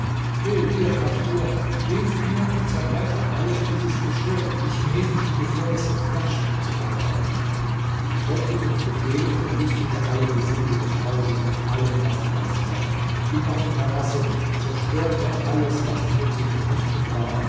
hilf mir und zerbreche alles dieses geschirr die chinesischen gefäße flaschen usw ich folgte ihrem befehl und verwüstete alle gesimse des hauses mit allem was darauf stand ging auf die terrasse zerstörte alles was nur zu vernichten war